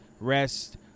rest